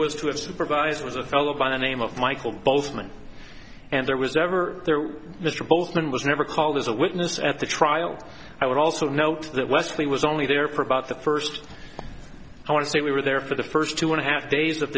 was to have supervised was a fellow by the name of michael both men and there was never there mr both and was never called as a witness at the trial i would also note that wesley was only there for about the first i want to say we were there for the first two want to have days